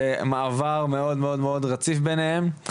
ומעבר מאוד מאוד רציף ביניהם.